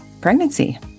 pregnancy